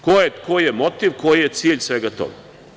Koji je motiv, koji je cilj svega toga?